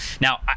Now